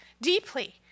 deeply